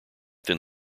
then